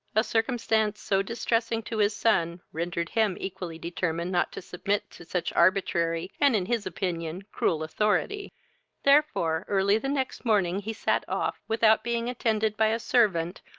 a circumstance so distressing to his son rendered him equally determined not to submit to such arbitrary, and, in his opinion, cruel authority therefore, early the next morning he sat off, without being attended by a servant,